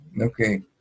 Okay